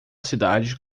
cidade